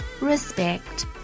respect